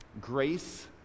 Grace